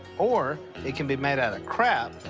or it can be made out of crap,